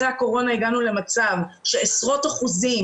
אחרי הקורונה הגענו למצב שיש עשרות אחוזים